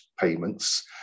payments